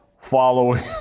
following